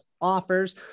offers